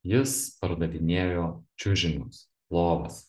jis pardavinėjo čiužinius lovas